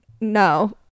no